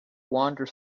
wander